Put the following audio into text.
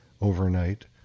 overnight